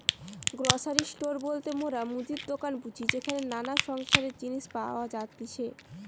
grocery store বলতে মোরা মুদির দোকান বুঝি যেখানে নানা সংসারের জিনিস পাওয়া যাতিছে